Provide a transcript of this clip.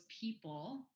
people